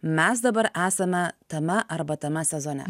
mes dabar esame tame arba tame sezone